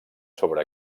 sobre